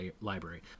library